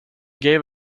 gave